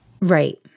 Right